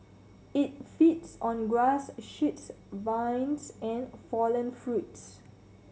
it feeds on grass shoots vines and fallen fruits